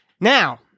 Now